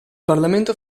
parlamento